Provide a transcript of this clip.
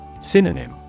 Synonym